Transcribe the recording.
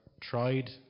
tried